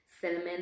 cinnamon